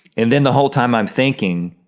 and then the whole time i'm thinking,